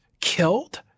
killed